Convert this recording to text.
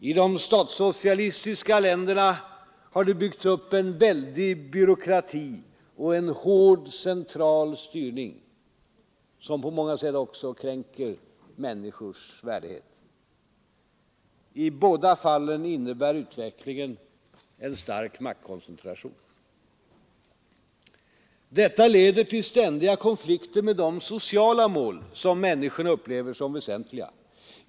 I de statssocialistiska länderna har det byggts upp en väldig byråkrati och en hård central styrning, som på många håll också kränker människors värdighet. I båda fallen innebär utvecklingen en stark maktkoncentration. Detta leder till ständiga konflikter med de sociala mål som människorna upplever som väsentliga.